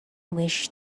wish